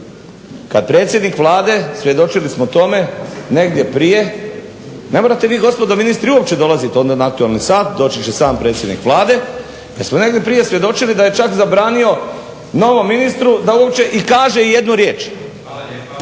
kad predsjednik Vlade, svjedočili smo tome negdje prije, ne morate vi gospodo ministri uopće dolazit ovdje na aktualni sat, doći će sam predsjednik Vlade, … negdje prije svjedočili da je čak zabranio novom ministru da uopće i kaže ijednu riječ. Povreda